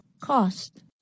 Cost